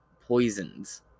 poisons